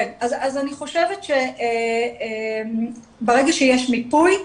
אני חושבת שברגע שיש מיפוי,